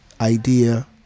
idea